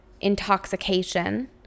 intoxication